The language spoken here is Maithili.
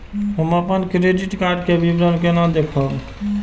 हम अपन क्रेडिट कार्ड के विवरण केना देखब?